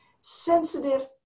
sensitive